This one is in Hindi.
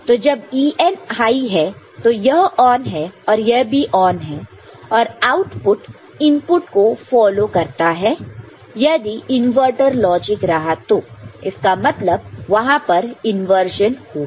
तो जब EN हाई है तो यह ऑन है यह भी ऑन है और आउटपुट इनपुट को फॉलो करता है यदि इनवर्टर लॉजिक रहा तो इसका मतलब वहां पर इंवर्जन होगा